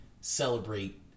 Celebrate